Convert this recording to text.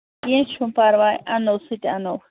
کیٚنٛہہ چھُنہٕ پَرواے اَنو سُہ تہِ اَنو